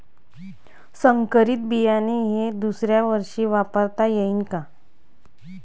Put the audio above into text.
संकरीत बियाणे हे दुसऱ्यावर्षी वापरता येईन का?